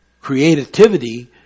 creativity